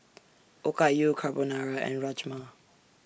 Okayu Carbonara and Rajma